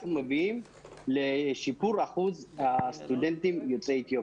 מביאים לשיפור אחוז הסטודנטים יוצאי אתיופיה.